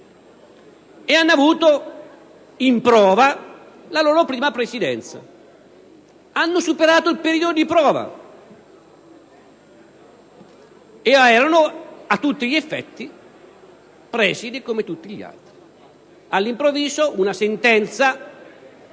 hanno avuto in prova la loro prima presidenza; hanno superato il periodo di prova e sono diventati a tutti gli effetti presidi, come gli altri. All'improvviso arriva una sentenza